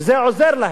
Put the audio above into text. זה עוזר להם.